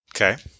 Okay